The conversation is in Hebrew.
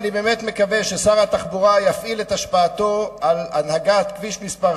אני באמת מקווה ששר התחבורה יפעיל את השפעתו על הנהגת כביש 6